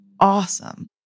awesome